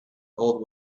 old